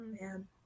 man